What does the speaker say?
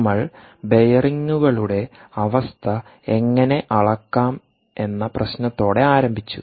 നമ്മൾ ബെയറിംഗുകളുടെ അവസ്ഥ എങ്ങനെ അളക്കാമെന്ന പ്രശ്നത്തോടെ ആരംഭിച്ചു